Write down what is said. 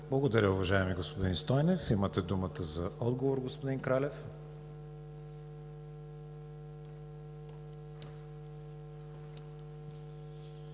Благодаря, уважаеми господин Стойнев. Имате думата за отговор, господин Кралев.